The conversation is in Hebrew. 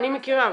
אני מכירה,